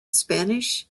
spanish